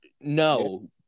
no